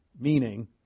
meaning